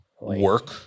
work